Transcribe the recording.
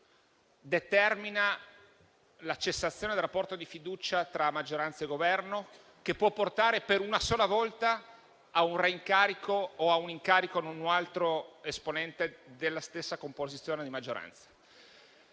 determina la cessazione del rapporto di fiducia tra maggioranza e Governo, che può portare per una sola volta a un reincarico o all'incarico di un altro esponente della stessa composizione di maggioranza.